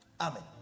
Amen